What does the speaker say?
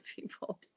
people